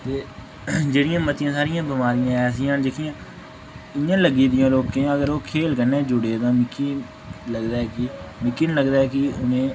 ते जेह्ड़िया मत्तियां सारियां बमारियां ऐसियां न जेह्कियां इ'यां लग्गी दियां लोकें गी अगर ओह् खेल कन्नै जुड़े दे कि लगदा ऐ कि मिकी नी लगदा ऐ कि उनें